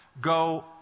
go